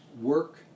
work